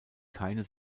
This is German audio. keine